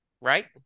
right